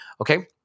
okay